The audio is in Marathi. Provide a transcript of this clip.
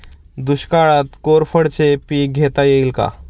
दुष्काळात कोरफडचे पीक घेता येईल का?